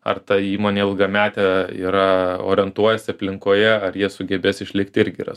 ar ta įmonė ilgametė yra orientuojasi aplinkoje ar jie sugebės išlikti irgi yra